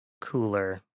cooler